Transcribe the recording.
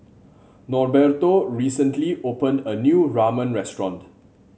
Norberto recently opened a new Ramen restaurant